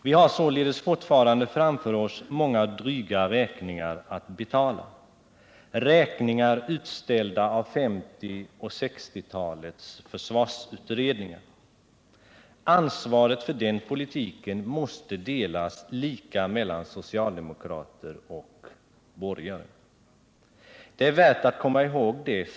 Vi har således framför oss många dryga räkningar att betala, räkningar utställda av 1950 och 1960-talets försvarsutredningar. Ansvaret för den politiken måste delas lika mellan socialdemokrater och borgare. Det är värt att komma ihåg detta.